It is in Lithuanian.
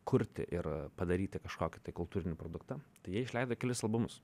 kurti ir padaryti kažkokį kultūrinį produktą tai jie išleido kelis albumus